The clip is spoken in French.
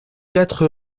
quatre